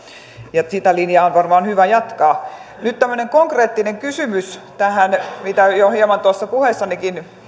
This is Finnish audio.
ja sitä linjaa on varmaan hyvä jatkaa nyt tämmöinen konkreettinen kysymys tähän mitä jo hieman tuossa puheessanikin